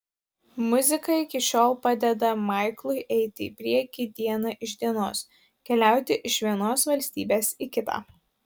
muzika iki šiol padeda maiklui eiti į priekį diena iš dienos keliauti iš vienos valstybės į kitą